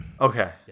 Okay